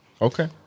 Okay